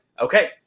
Okay